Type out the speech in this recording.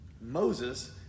Moses